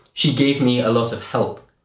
she gave me a lot of help,